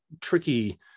tricky